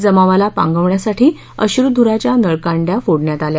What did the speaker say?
जमावाला पांगविण्यासाठी अश्रुधूराच्या नळकांड्या फोडण्यात आल्या